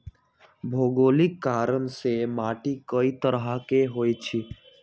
भोगोलिक कारण से माटी कए तरह के होई छई